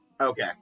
Okay